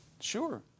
sure